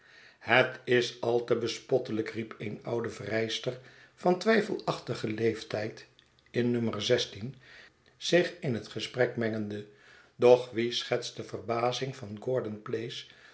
het is al te bespottelijk riep een oudevrijster van twijfelachtigen leeftijd in no zich in het gesprek mengende doch wie schetst de verbazing van gordonplace